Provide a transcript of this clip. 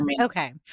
Okay